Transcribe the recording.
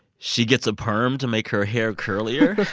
she gets a perm to make her hair curlier